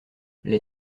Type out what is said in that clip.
les